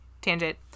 tangent